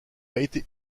été